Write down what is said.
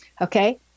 okay